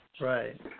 Right